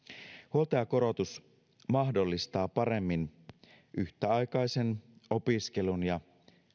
huoltajakorotus mahdollistaa paremmin yhtäaikaisen opiskelun ja